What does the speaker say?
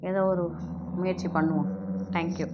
ஏதோ ஒரு முயற்சி பண்ணுவோம் தேங்க் யூ